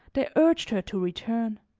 they urged her to return.